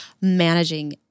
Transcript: managing